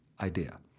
idea